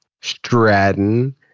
Stratton